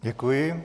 Děkuji.